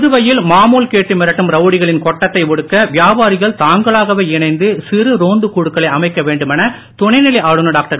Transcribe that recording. புதுவையில் மாமூல் கேட்டு மிரட்டும் ரவுடிகளின் கொட்டத்தை ஒடுக்க வியாபாரிகள் தாங்களாகவே இணைந்து சிறு ரோந்துக் குழுக்களை அமைக்க வேண்டுமென துணைநிலை வு ஞனர் டாக்டர்